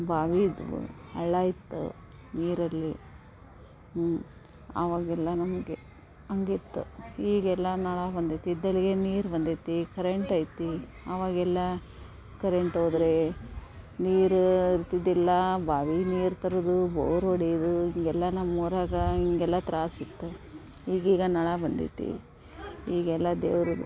ಬಾವಿ ಇದ್ದವು ಹಳ್ಳ ಇತ್ತು ನೀರಲ್ಲಿ ಆವಾಗೆಲ್ಲ ನಮಗೆ ಹಂಗಿತ್ತು ಈಗೆಲ್ಲ ನಳ ಬಂದೈತಿ ಇದ್ದಲ್ಲಿಗೆ ನೀರು ಬಂದೈತಿ ಕರೆಂಟ್ ಐತಿ ಆವಾಗೆಲ್ಲ ಕರೆಂಟ್ ಹೋದ್ರೇ ನೀರು ಇರ್ತಿದ್ದಿಲ್ಲ ಬಾವಿ ನೀರು ತರುವುದು ಬೋರ್ ಹೊಡೆಯೋದು ಹೀಗೆಲ್ಲ ನಮ್ಮ ಊರಾಗ ಹಿಂಗೆಲ್ಲ ತ್ರಾಸಿತ್ತು ಈಗ ಈಗ ನಳ ಬಂದೈತಿ ಈಗೆಲ್ಲ ದೇವರು